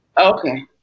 Okay